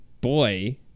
boy